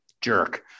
jerk